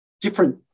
different